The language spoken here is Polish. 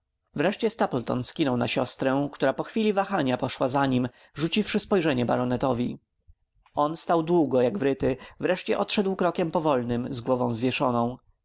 wreszcie stapleton skinął na siostrę która po chwili wahania poszła za nim rzuciwszy spojrzenie baronetowi on stał długo jak wryty wreszcie odszedł krokiem powolnym z głową zwieszoną